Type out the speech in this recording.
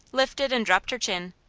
lifted and dropped her chin.